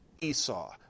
Esau